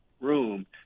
room